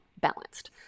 balanced